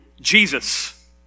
Jesus